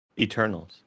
eternals